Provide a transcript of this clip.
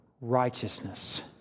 righteousness